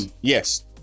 Yes